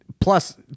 plus